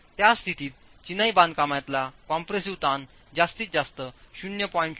त्या स्थितीत चिनाई बांधकामतला कंप्रेसिव्ह ताण जास्तीत जास्त 0